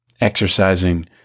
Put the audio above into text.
exercising